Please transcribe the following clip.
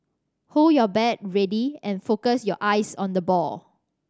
hold your bat ready and focus your eyes on the ball